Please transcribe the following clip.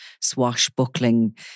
swashbuckling